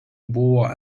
buvo